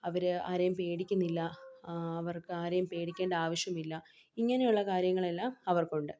അവർ ആരെയും പേടിക്കുന്നില്ല അവർക്ക് ആരെയും പേടിക്കേണ്ട ആവശ്യമില്ല ഇങ്ങനെയുള്ള കാര്യങ്ങളെല്ലാം അവർക്കുണ്ട്